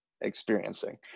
experiencing